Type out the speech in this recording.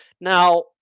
Now